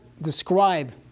describe